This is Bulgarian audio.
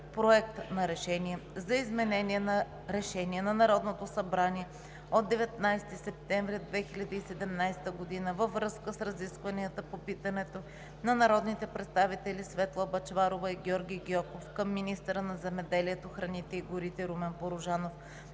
Проект на решение за изменение на Решение на Народното събрание от 19 септември 2017 г. във връзка с разискванията по питането на народните представители Светла Бъчварова и Георги Гьоков към министъра на земеделието, храните и горите Румен Порожанов